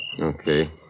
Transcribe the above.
Okay